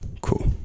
Cool